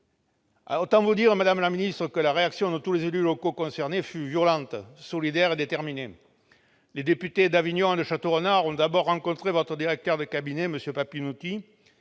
Autant vous dire, madame la ministre, que la réaction de tous les élus concernés a été violente, solidaire et déterminée. Les députés d'Avignon et de Châteaurenard ont d'abord rencontré votre directeur de cabinet, M. Papinutti.